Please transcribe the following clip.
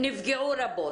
נפגעו רבות.